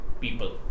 people